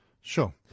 sure